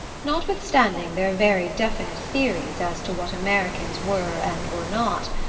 notwithstanding their very definite theories as to what americans were and were not,